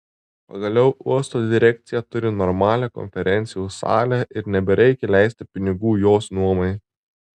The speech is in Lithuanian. pagaliau uosto direkcija turi normalią konferencijų salę ir nebereikia leisti pinigų jos nuomai